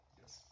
yes